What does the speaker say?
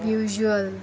visual